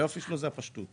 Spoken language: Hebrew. היופי שלו זה הפשטות.